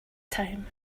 time